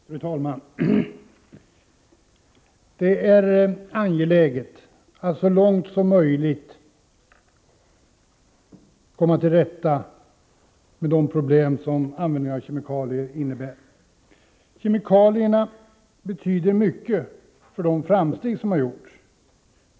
Fru talman! Det är angeläget att så långt som möjligt komma till rätta med de problem som användningen av kemikalier innebär. Kemikalierna betyder mycket för de framsteg som har gjorts.